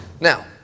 Now